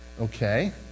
okay